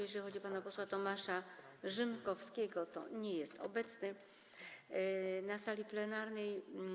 Jeżeli chodzi o pana posła Tomasza Rzymkowskiego, to nie jest on obecny na sali plenarnej.